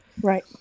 Right